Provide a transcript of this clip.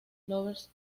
lovers